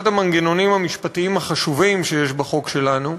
המנגנונים המשפטיים החשובים שיש בחוק שלנו,